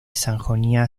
sajonia